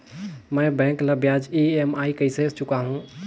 मैं बैंक ला ब्याज ई.एम.आई कइसे चुकाहू?